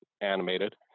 animated